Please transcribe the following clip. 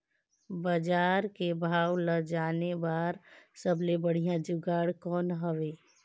बजार के भाव ला जाने बार सबले बढ़िया जुगाड़ कौन हवय?